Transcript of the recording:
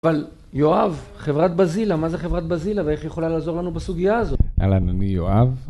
אבל יואב, חברת בזילה, מה זה חברת בזילה ואיך היא יכולה לעזור לנו בסוגיה הזאת? אהלן, אני יואב.